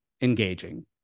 engaging